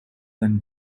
and